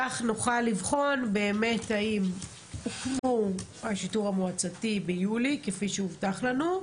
כך נוכל לבחון האם הוקמו השיטור המועצתי ביולי כפי שהובטח לנו,